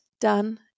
done